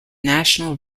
national